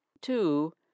Two